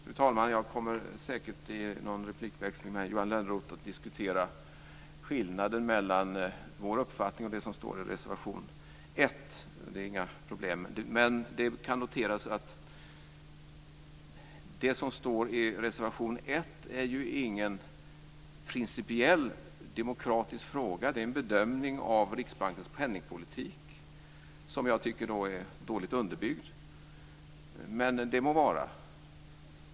Fru talman! Jag kommer säkert att diskutera skillnaden mellan vår uppfattning och det som står i reservation 1 i någon replikväxling med Johan Lönnroth. Det är inga problem. Det som står i reservation 1 är ju ingen principiell demokratisk fråga. Det är en bedömning av Riksbankens penningpolitik som jag tycker är dåligt underbyggd. Det må vara.